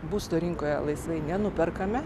būsto rinkoje laisvai nenuperkame